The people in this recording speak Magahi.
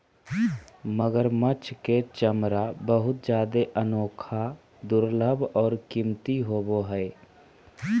मगरमच्छ के चमरा बहुत जादे अनोखा, दुर्लभ और कीमती होबो हइ